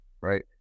right